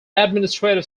administrative